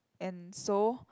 and so